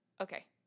Okay